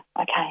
okay